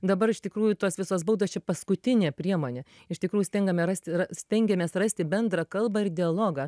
dabar iš tikrųjų tos visos baudos čia paskutinė priemonė iš tikrųjų stingame rast ras stengiamės rasti bendrą kalbą ir dialogą